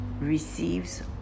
receives